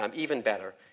um even better.